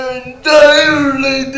entirely